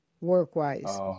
Work-wise